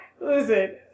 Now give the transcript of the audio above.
listen